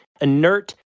inert